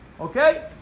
Okay